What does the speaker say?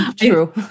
true